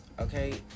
Okay